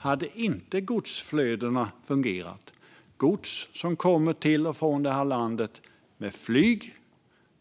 Hade inte godsflödena fungerat - med gods som kommer till det här landet med flyg,